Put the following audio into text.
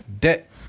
debt